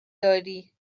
داری